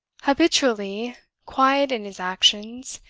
habitually quiet in his actions,